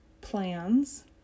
plans